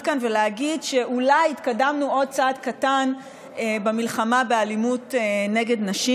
כאן ולהגיד שאולי התקדמנו עוד צעד קטן במלחמה באלימות נגד נשים.